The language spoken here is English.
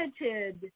limited